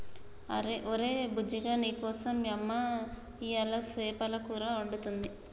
ఒరే బుజ్జిగా నీకోసం యమ్మ ఇయ్యలు సేపల కూర వండుతుంది